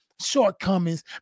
shortcomings